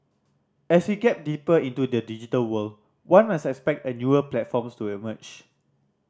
as we get deeper into the digital world one must expect a newer platforms to emerge